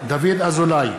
דוד אזולאי,